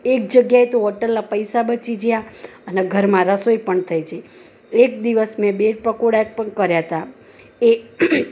એક જગ્યાએ તો હોટલના પૈસા બચી ગયા અને ઘરમાં રસોઈ પણ થઈ જઈ એક દિવસ મેં બ્રેડ પકોડા પણ કર્યા હતા એ